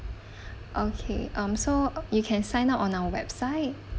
okay um so uh you can sign up on our website